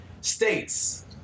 states